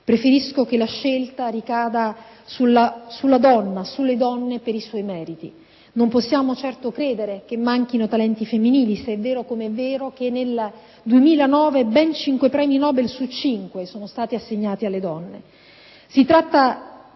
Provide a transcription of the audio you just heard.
preferisco che la scelta ricada sulle donne per i loro meriti. Non possiamo certo credere che manchino talenti femminili se è vero, come è vero, che nel 2009 ben cinque premi Nobel sono stati assegnati alle donne.